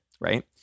right